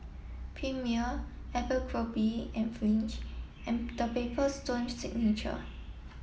Premier Abercrombie and Fitch and The Paper Stone Signature